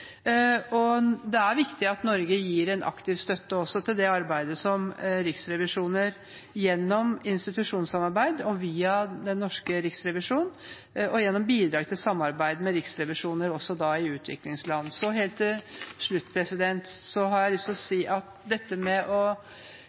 Det er viktig at Norge, via den norske riksrevisjon og gjennom institusjonssamarbeid og bidrag til samarbeid, gir en aktiv støtte til det arbeidet som riksrevisjoner gjør også i utviklingsland. Helt til slutt har jeg lyst til å si at det å bekjempe korrupsjon også går hånd i hånd med arbeidet med å